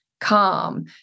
calm